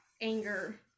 anger